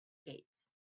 gates